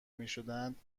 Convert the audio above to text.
میشدند